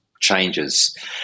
changes